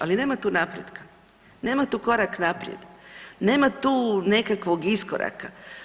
Ali nema tu napretka, nema tu korak naprijed, nema tu nekakvog iskoraka.